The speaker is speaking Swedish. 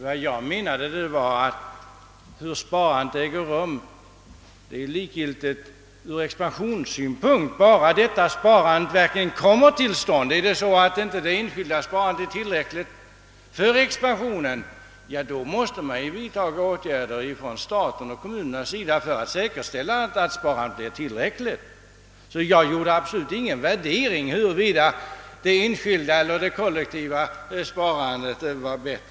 Vad jag menade var att hur sparandet äger rum är likgiltigt ur expansionssynpunkt, bara det verkligen blir ett sparande. Om inte det enskilda sparandet är tillräckligt för expansionen måste stat och kommun vidtaga åtgärder för att säkerställa det. Jag gjorde absolut ingen värdering av huruvida det enskilda eller det kollektiva sparandet var bäst.